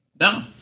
No